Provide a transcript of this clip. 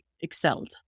excelled